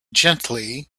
gently